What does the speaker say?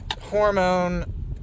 hormone